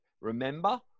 remember